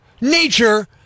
Nature